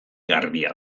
garbia